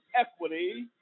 Equity